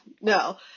no